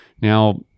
Now